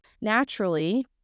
Naturally